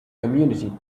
community